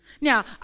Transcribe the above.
Now